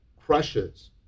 crushes